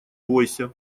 бойся